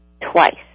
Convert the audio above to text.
twice